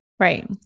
Right